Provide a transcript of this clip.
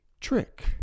trick